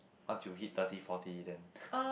once you hit thirty forty then